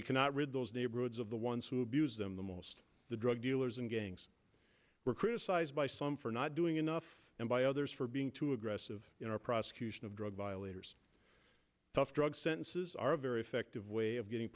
we cannot read those neighborhoods of the ones who abuse them the most the drug dealers and gangs were criticised by some for not doing enough and by others for being too aggressive in our prosecution of drug violators tough drug sentences are very effective way of getting